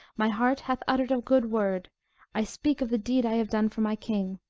my heart hath uttered a good word i speak of the deed i have done for my king.